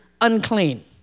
unclean